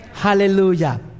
Hallelujah